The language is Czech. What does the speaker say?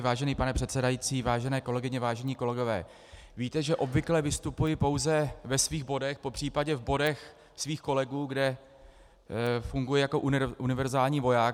Vážený pane předsedající, vážené kolegyně, vážení kolegové, víte, že obvykle vystupuji pouze ve svých bodech, popřípadě v bodech svých kolegů, kde funguji jako univerzální voják.